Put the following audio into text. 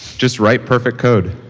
just write perfect code.